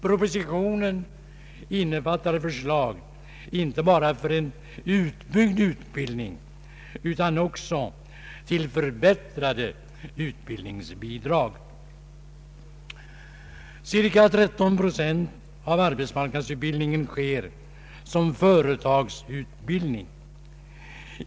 Propositionen innefattar förslag inte bara till en utbyggd utbildning utan också till förbättrade utbildningsbidrag. Cirka 13 procent av arbetsmarknadsutbildningen sker som företagsutbildning.